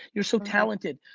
you're so talented.